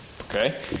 Okay